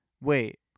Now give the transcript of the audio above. wait